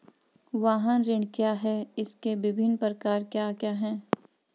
वाहन ऋण क्या है इसके विभिन्न प्रकार क्या क्या हैं?